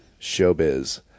showbiz